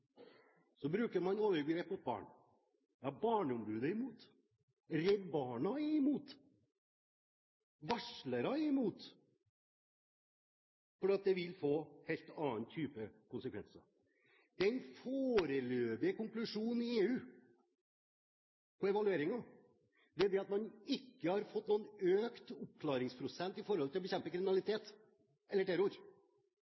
Så bruker man overgrep mot barn. Ja, barneombudet er imot, Redd Barna er imot, og varslere er imot, fordi det vil få en helt annen type konsekvenser. Den foreløpige konklusjonen på evalueringen i EU er at man ikke har fått økt oppklaringsprosent når det gjelder å bekjempe